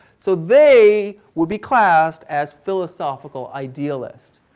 so they will be classed as philosophical idealists.